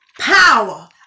power